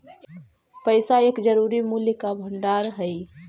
पैसा एक जरूरी मूल्य का भंडार हई